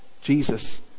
Jesus